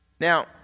Now